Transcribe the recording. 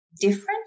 different